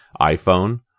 iPhone